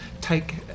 take